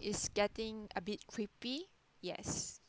it's getting a bit creepy yes